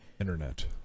internet